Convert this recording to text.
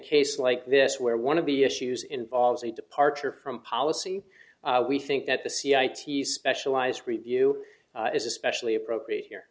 case like this where one of the issues involves a departure from policy we think that the c i t specialized review is especially appropriate here